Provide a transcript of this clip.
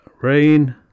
rain